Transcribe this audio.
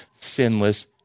sinless